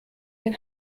den